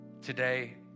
Today